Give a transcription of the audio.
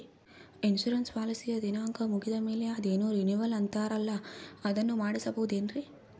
Insurance ಪಾಲಿಸಿಯ ದಿನಾಂಕ ಮುಗಿದ ಮೇಲೆ ಅದೇನೋ ರಿನೀವಲ್ ಅಂತಾರಲ್ಲ ಅದನ್ನು ಮಾಡಿಸಬಹುದೇನ್ರಿ?